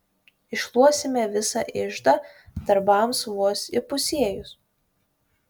iššluosime visą iždą darbams vos įpusėjus